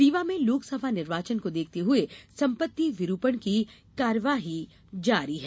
रीवा में लोकसभा निर्वाचन को देखते हुए संपत्ति विरूपण की कार्यवाही जारी है